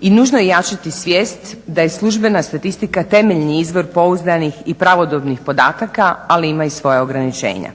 i nužno je jačati svijest da je službena statistika temeljni izvor pouzdanih i pravodobnih podataka ali ima i svoja ograničenja.